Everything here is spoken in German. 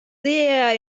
sehr